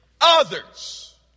Others